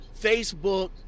Facebook